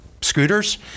scooters